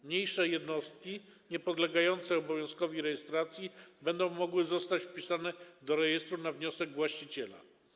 Mniejsze jednostki, niepodlegające obowiązkowi rejestracji, będą mogły zostać wpisane do rejestru na wniosek właściciela.